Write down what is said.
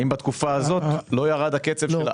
האם בתקופה הזאת לא ירד הקצב?